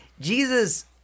Jesus